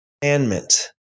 commandment